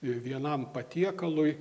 vienam patiekalui